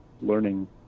learning